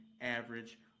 average